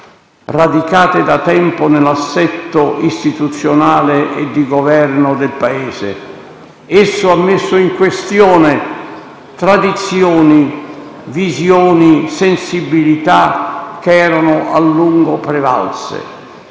radicate da tempo nell'assetto istituzionale e di Governo del Paese. Esso ha messo in questione tradizioni, visioni e sensibilità che erano a lungo prevalse.